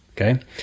okay